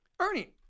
Ernie